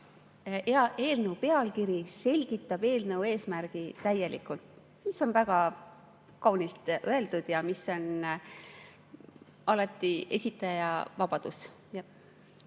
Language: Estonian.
eelnõu pealkiri selgitab eelnõu eesmärki täielikult. See on väga kaunilt öeldud ja see on alati esitaja vabadus.